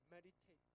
Meditate